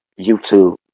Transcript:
YouTube